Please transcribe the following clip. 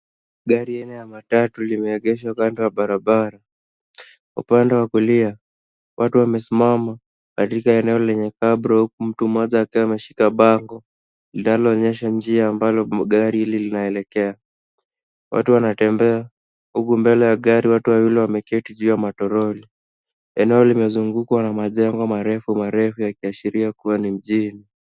Gari aina ya matatu limeegeshwa kando ya barabara. Upande wa kulia, watu wamesimama katika eneo lenye cabro huku mtu mmoja ameshika bango linaloonyesha njia ambalo gari hili linaelekea. Watu wanatembea huku mbele ya gari watu wawili wameketi juu ya matoroli. Eneo limezungukwa na majengo marefu marefu yakiashiria kuwa ni mjini.